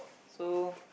so